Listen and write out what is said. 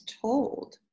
told